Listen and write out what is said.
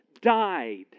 died